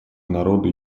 народу